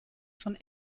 von